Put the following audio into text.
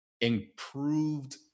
improved